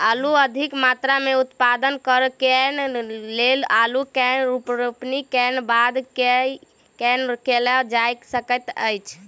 आलु अधिक मात्रा मे उत्पादन करऽ केँ लेल आलु केँ रोपनी केँ बाद की केँ कैल जाय सकैत अछि?